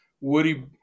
Woody